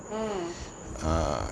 mm